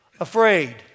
Afraid